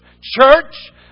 Church